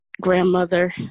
grandmother